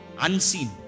Unseen